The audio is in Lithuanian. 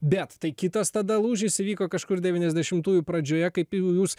bet tai kitas tada lūžis įvyko kažkur devyniasdešimtųjų pradžioje kaip jūs